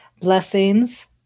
Blessings